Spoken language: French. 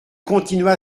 continua